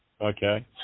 Okay